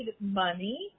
money